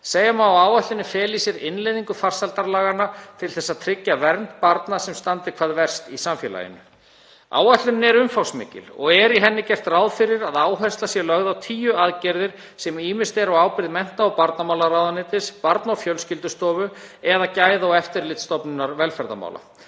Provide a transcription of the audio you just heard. Segja má að áætlunin feli í sér innleiðingu farsældarlaganna til þess að tryggja vernd barna sem standa hvað verst í samfélaginu. Áætlunin er umfangsmikil og er í henni gert ráð fyrir að áhersla sé lögð á tíu aðgerðir, sem ýmist eru á ábyrgð mennta- og barnamálaráðuneytis, Barna- og fjölskyldustofu eða Gæða- og eftirlitsstofnunar velferðarmála.